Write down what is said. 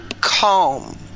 calm